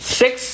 six